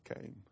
came